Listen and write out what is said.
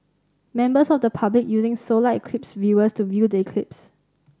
members of the public using solar eclipse viewers to view the eclipse